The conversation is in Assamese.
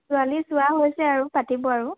ছোৱালী চোৱা হৈছে আৰু পাতিব আৰু